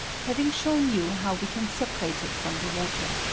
having shown you how we can separate it from the water.